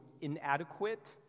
inadequate